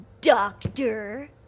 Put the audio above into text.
doctor